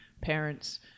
parents